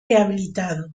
rehabilitado